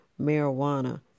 marijuana